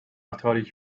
تاریک